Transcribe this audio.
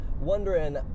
wondering